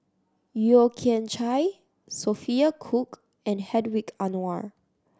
Yeo Kian Chai Sophia Cooke and Hedwig Anuar